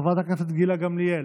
חברת הכנסת גילה גמליאל,